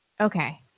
Okay